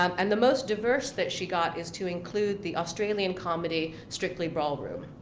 um and the most diverse that she got is to include the australian comedy, strictly ballroom.